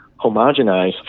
homogenized